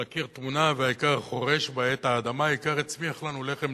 על הקיר תמונה/ והאיכר חורש בה את האדמה/ האיכר יצמיח לנו לחם",